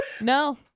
no